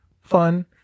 fun